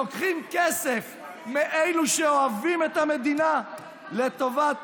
לוקחים כסף מאלו שאוהבים את המדינה לטובת